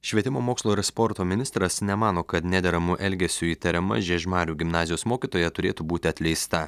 švietimo mokslo ir sporto ministras nemano kad nederamu elgesiu įtariama žiežmarių gimnazijos mokytoja turėtų būti atleista